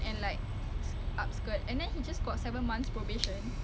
we are basically like the black people